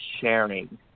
sharing